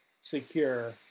secure